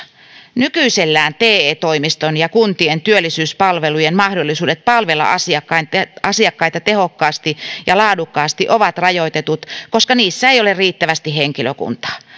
nykyisellään te toimiston ja kuntien työllisyyspalvelujen mahdollisuudet palvella asiakkaita tehokkaasti ja laadukkaasti ovat rajoitetut koska niillä ei ole riittävästi henkilökuntaa